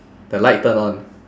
the light turn on